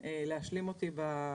אבקש שהיא תשלים אותי בהצגה.